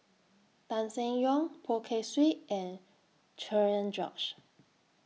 Tan Seng Yong Poh Kay Swee and Cherian George